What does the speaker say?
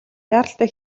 яаралтай